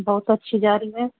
بہت اچھی جا رہی ہے